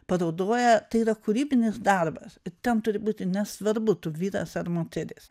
parodoje tai yra kūrybinis darbas ten turi būti nesvarbu tu vyras ar moteris